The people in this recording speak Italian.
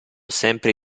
sempre